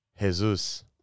Jesus